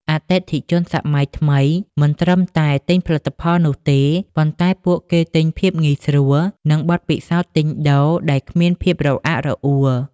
អតិថិជនសម័យថ្មីមិនត្រឹមតែទិញផលិតផលនោះទេ ប៉ុន្តែពួកគេទិញ ភាពងាយស្រួល និងបទពិសោធន៍ទិញដូរដែលគ្មានភាពរអាក់រអួល។